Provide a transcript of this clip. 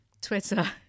Twitter